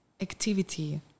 activity